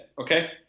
Okay